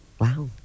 Wow